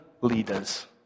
leaders